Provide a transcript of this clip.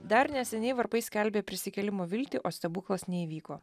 dar neseniai varpai skelbė prisikėlimo viltį o stebuklas neįvyko